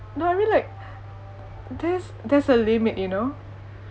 no I mean like there's there's a limit you know